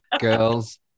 girls